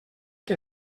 que